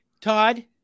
Todd